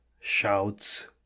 shouts